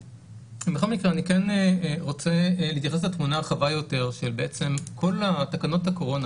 בכל מקרה אני כן רוצה להתייחס לתמונה הרחבה יותר של כל התקנות הקורונה,